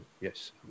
Yes